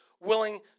willing